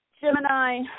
Gemini